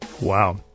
Wow